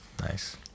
Nice